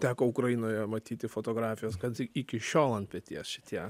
teko ukrainoje matyti fotografijas kad iki šiol ant peties šitie